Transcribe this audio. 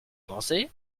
pensez